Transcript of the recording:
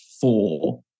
four